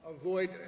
avoid